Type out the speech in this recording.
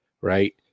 Right